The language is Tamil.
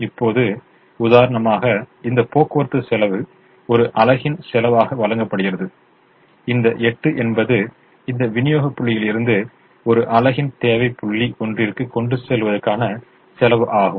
இப்போது உதாரணமாக இந்த போக்குவரத்து செலவு ஒரு அலகின் செலவாக வழங்கப்படுகிறது இந்த 8 என்பது இந்த விநியோக புள்ளியிலிருந்து ஒரு அலகின் தேவை புள்ளி ஒன்றிற்கு கொண்டு செல்வதற்கான செலவு ஆகும்